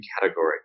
category